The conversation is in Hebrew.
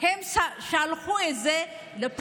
הם שלחו את זה לפרקליטות.